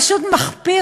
פשוט מחפיר,